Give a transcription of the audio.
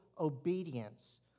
obedience